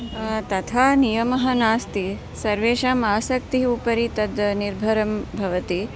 तथा नियमः नास्ति सर्वेषाम् आसक्तिः उपरि तत् निर्भरं भवति